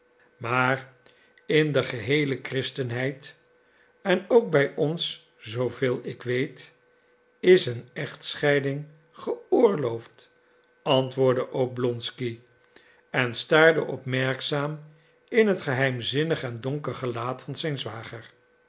maar in de geheele christenheid en ook bij ons zooveel ik weet is een echtscheiding geoorloofd antwoordde oblonsky en staarde opmerkzaam in het geheimzinnig en donker gelaat van zijn zwager